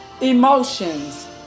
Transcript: emotions